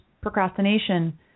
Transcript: procrastination